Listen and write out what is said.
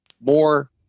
more